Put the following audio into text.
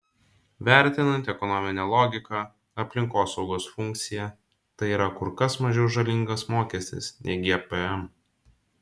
vertinant ekonominę logiką aplinkosaugos funkciją tai yra kur kas mažiau žalingas mokestis nei gpm